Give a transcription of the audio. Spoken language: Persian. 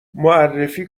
معرفی